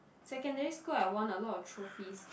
secondary school I won a lot of trophies